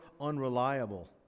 unreliable